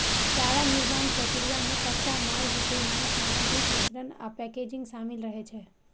चारा निर्माण प्रक्रिया मे कच्चा माल जुटेनाय, सामग्रीक मिश्रण आ पैकेजिंग शामिल रहै छै